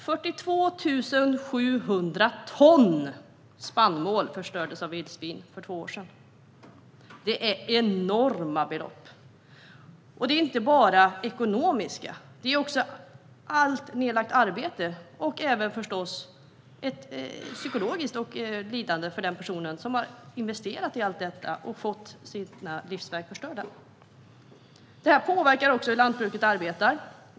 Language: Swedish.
För två år sedan förstörde vildsvinen 42 700 ton spannmål. Det är enorma belopp, och det handlar inte bara om det ekonomiska. Det handlar också om allt nedlagt arbete och förstås även om ett psykiskt lidande för den som har investerat i allt detta och fått sitt livsverk förstört. Detta påverkar också hur lantbruket arbetar.